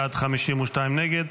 45 בעד, 52 נגד,